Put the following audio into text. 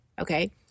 okay